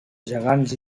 gegants